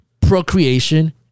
procreation